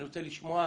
אני רוצה לשמוע.